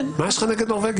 מה יש לך נגד נורבגים?